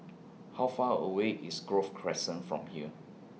How Far away IS Grove Crescent from here